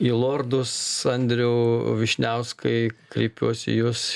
į lordus andriau vyšniauskai kreipiuosi į jus